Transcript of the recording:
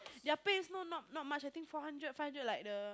yeah pay also also not not much I think four hundred five hundred like the